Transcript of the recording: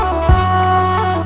oh